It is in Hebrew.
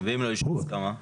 ואם לא אישרו הסכמה?